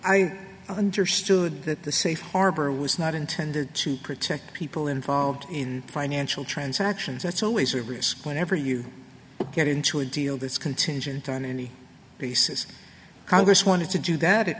i understood that the safe harbor was not intended to protect people involved in financial transactions that's always a risk whenever you get into a deal that's contingent on any basis congress wanted to do that